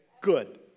good